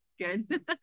Good